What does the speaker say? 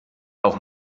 auch